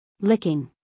Licking